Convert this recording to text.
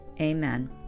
Amen